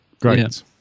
great